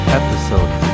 episode